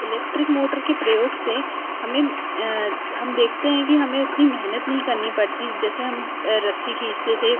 electric motor के प्रयोग से हमें हम देखते हैं कि हमें उतनी मेहनत नहीं करनी पड़ती जैसे हम रस्सी खींचते थे